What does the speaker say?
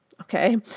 okay